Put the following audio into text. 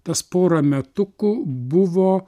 tas pora metukų buvo